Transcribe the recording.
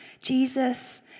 Jesus